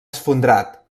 esfondrat